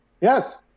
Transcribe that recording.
yes